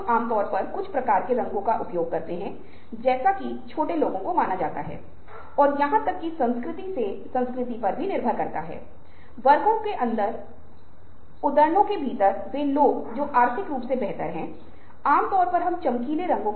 विभिन्न विचारों के बीच एसोसिएशन की गतिविधियों की निरंतरता या निरंतरता एक बार यह दृढ़ता के रूप में संदर्भित होती है